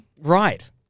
right